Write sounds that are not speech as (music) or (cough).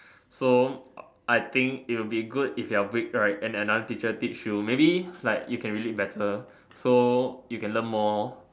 so (noise) I think it will be good if you are weak right and another teacher teach you maybe like you can relate better so you can learn more